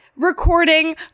recording